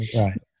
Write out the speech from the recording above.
Right